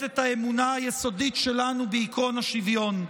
את האמונה היסודית שלנו בעקרון השוויון.